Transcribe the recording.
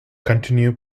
continue